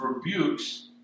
rebukes